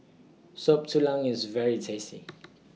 Soup Tulang IS very tasty